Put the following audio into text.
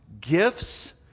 gifts